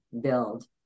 build